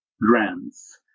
grants